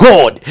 God